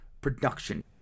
production